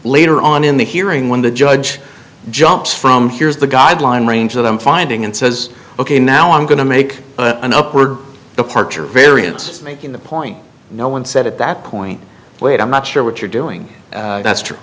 later on in the hearing when the judge jumps from here's the guideline range that i'm finding and says ok now i'm going to make an upward departure variance making the point no one said at that point wait i'm not sure what you're doing that's true